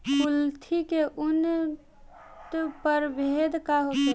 कुलथी के उन्नत प्रभेद का होखेला?